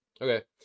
okay